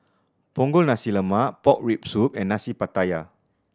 Punggol Nasi Lemak pork rib soup and Nasi Pattaya